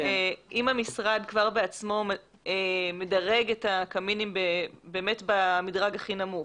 אם המשרד בעצמו כבר מדרג את הקמינים במדרג הכי נמוך,